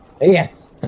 Yes